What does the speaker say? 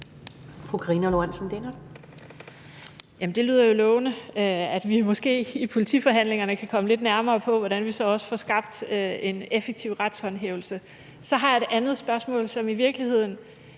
det lyder jo lovende, at vi måske i politiforhandlingerne kan komme lidt nærmere, hvordan vi så også får skabt en effektiv retshåndhævelse. Så har jeg et andet spørgsmål, som i virkeligheden